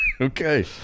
Okay